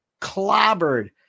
clobbered